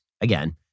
Again